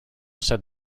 said